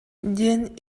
диэн